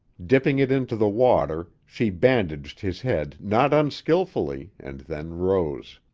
dipping it into the water, she bandaged his head not unskilfully, and then rose.